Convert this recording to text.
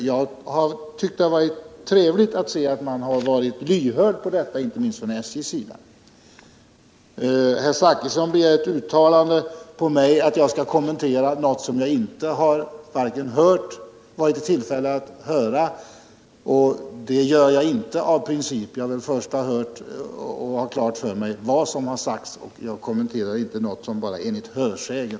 Jag tycker att det har varit trevligt att se att man varit lyhörd — inte minst från SJ:s sida — för dessa förslag. Herr Zachrisson begär ett uttalande av mig och vill att jag skall kommentera någonting som jag inte själv varit i tillfälle att höra. Av princip gör jag inte det. Jag kommenterar inte någonting som jag fått reda på genom hörsägen.